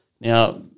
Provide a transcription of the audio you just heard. Now